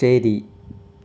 ശരി